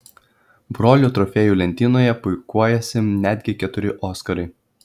brolių trofėjų lentynoje puikuojasi netgi keturi oskarai